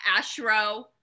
Ashro